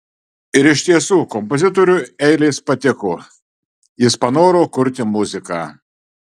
ir iš tiesų kompozitoriui eilės patiko jis panoro kurti muziką